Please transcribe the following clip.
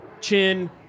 chin